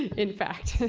in fact!